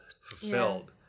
fulfilled